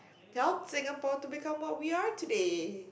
got Singapore to become what we are today